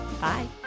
Bye